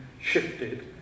shifted